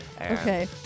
Okay